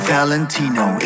Valentino